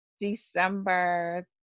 december